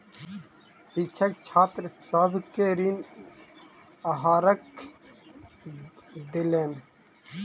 शिक्षक छात्र सभ के ऋण आहारक ज्ञान देलैन